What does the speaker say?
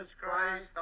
Christ